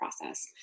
process